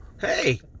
Hey